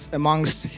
amongst